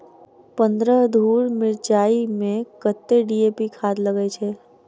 पन्द्रह धूर मिर्चाई मे कत्ते डी.ए.पी खाद लगय छै?